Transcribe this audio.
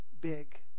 big